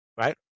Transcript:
Right